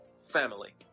family